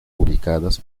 ubicadas